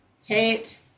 Tate